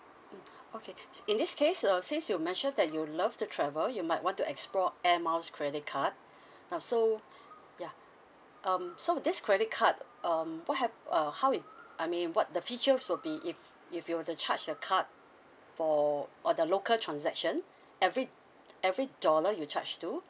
mm okay in this case uh since you mentioned that you love to travel you might want to explore airmiles credit card now so yeah um so this credit card um what hap~ uh how it I mean what the features will be if if you were to charge your card for all the local transaction every every dollar you charge to